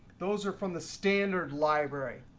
those are from the standard library.